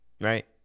right